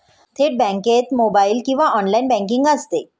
थेट बँकेत मोबाइल किंवा ऑनलाइन बँकिंग असते